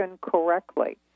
correctly